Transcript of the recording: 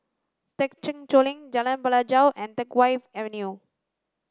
Thekchen Choling Jalan Pelajau and Teck Whye Avenue